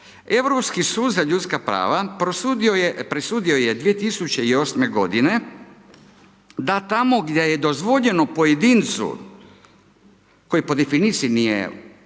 Europski sud za ljudska prava, presudio je 2008.-me godine da tamo gdje je dozvoljeno pojedincu koji po definiciji nije u